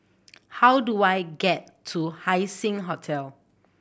how do I get to Haising Hotel